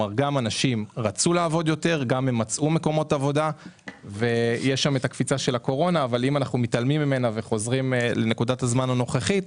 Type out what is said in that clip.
אם מתעלמים מהקורונה וחוזרים לנקודת הזמן הנוכחית,